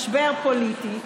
משבר פוליטי,